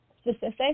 specific